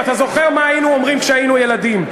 ואתה זוכר מה היינו אומרים כשהיינו ילדים,